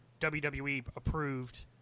WWE-approved